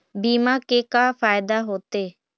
बीमा के का फायदा होते?